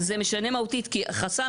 זה משנה מהותית כי חסם,